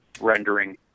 rendering